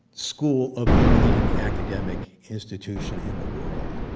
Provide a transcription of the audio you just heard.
school of the leading academic institution in the world,